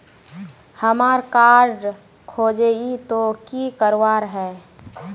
हमार कार्ड खोजेई तो की करवार है?